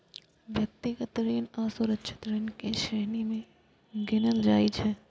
व्यक्तिगत ऋण असुरक्षित ऋण के श्रेणी मे गिनल जाइ छै